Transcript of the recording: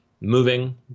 moving